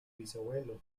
bisabuelo